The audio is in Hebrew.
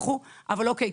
אוקיי,